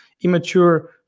immature